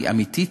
היא אמיתית,